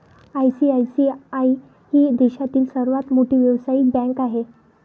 ICICI ही देशातील सर्वात मोठी व्यावसायिक बँक आहे